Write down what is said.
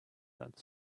that